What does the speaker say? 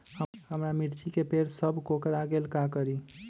हमारा मिर्ची के पेड़ सब कोकरा गेल का करी?